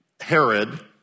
Herod